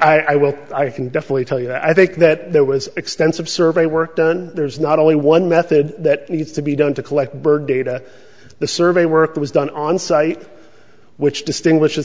i will i can definitely tell you i think that there was extensive survey work done there's not only one method that needs to be done to collect bird data the survey work was done on site which distinguish